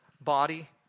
body